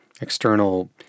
external